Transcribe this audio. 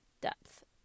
depth